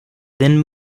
then